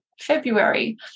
February